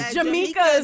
Jamaica